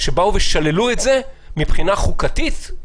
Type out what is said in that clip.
שבו שללו את זה מבחינה חוקתית,